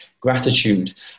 Gratitude